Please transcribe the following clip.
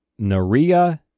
Naria